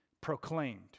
proclaimed